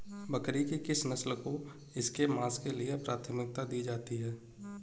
बकरी की किस नस्ल को इसके मांस के लिए प्राथमिकता दी जाती है?